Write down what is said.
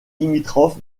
limitrophe